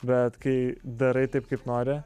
bet kai darai taip kaip nori